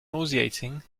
nauseating